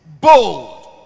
Bold